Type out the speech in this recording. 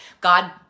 God